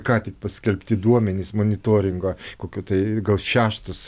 ką tik paskelbti duomenys monitoringo kokio tai gal šeštas